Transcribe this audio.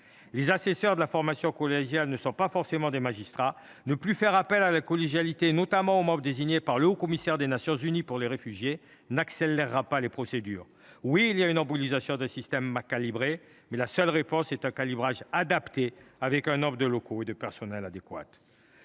Les assesseurs de la formation collégiale ne sont pas forcément des magistrats : cesser de faire appel à la collégialité, notamment au membre désigné par le haut commissaire des Nations unies pour les réfugiés, n’accélérera pas les procédures. Certes, il y a une embolisation d’un système mal dimensionné, mais la seule réponse est un calibrage adapté, avec un nombre de locaux et des effectifs adéquats.